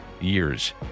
years